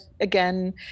again